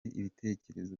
ibitekerezo